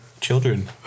children